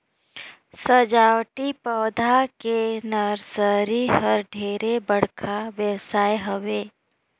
सजावटी पउधा के नरसरी ह ढेरे बड़का बेवसाय हवे